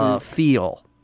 feel